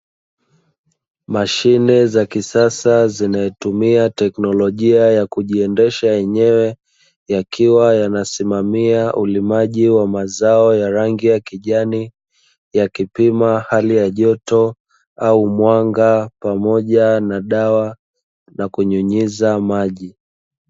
Mashine za kisasa zinazotumia teknolojia ya kujiendesha yenyewe, yakiwa yanasimamia ulimaji wa mazao ya rangi ya kijani, yakipima hali ya joto au mwanga, pamoja na dawa, na kunyunyiza maji.